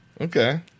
Okay